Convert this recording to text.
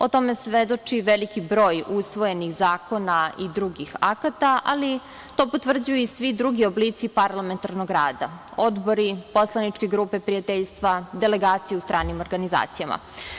O tome svedoči veliki broj usvojenih zakona i drugih akata, ali to potvrđuju i svi drugi oblici parlamentarnog rada - odbori, poslaničke grupe prijateljstva, delegacije u stranim organizacijama.